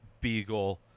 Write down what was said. beagle